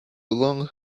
long